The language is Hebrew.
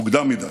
מוקדם מדי,